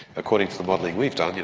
according to the modelling we've done,